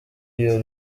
iyo